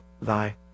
thy